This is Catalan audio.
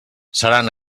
seran